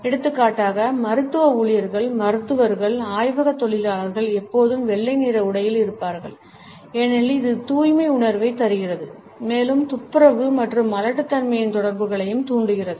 எடுத்துக்காட்டாக மருத்துவ ஊழியர்கள் மருத்துவர்கள் ஆய்வகத் தொழிலாளர்கள் எப்போதும் வெள்ளை நிற உடையில் இருப்பார்கள் ஏனெனில் இது தூய்மை உணர்வைத் தருகிறது மேலும் துப்புரவு மற்றும் மலட்டுத்தன்மையின் தொடர்புகளையும் தூண்டுகிறது